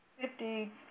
Fifty